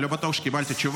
אני לא בטוח שקיבלתי תשובה.